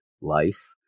life